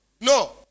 no